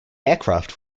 aircraft